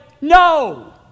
no